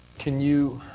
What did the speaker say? can you